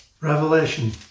Revelation